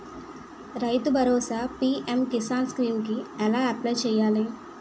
రైతు Bharosa PM Kisan scheme కు ఎలా అప్లయ్ చేయాలి?